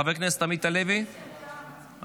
חבר הכנסת עמית הלוי, עמית,